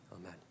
Amen